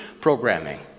programming